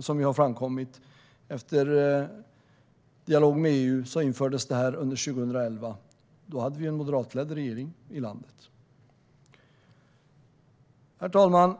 som framkommit och efter dialog med EU infördes det här under 2011. Då hade vi en moderatledd regering i landet. Herr talman!